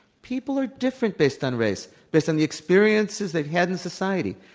people are different based on race, based on the experiences they've had in society.